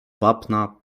wapna